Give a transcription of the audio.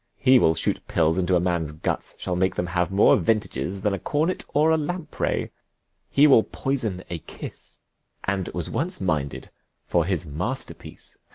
he will shoot pills into a man's guts shall make them have more ventages than a cornet or a lamprey he will poison a kiss and was once minded for his masterpiece,